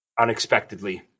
unexpectedly